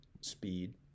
speed